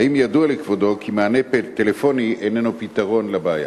3. האם ידוע לכבודו כי מענה טלפוני איננו פתרון לבעיה?